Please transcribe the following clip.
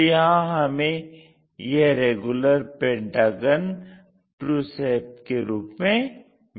तो यहां हमें यह रेगुलर पेंटागन ट्रू शेप के रूप में मिलता है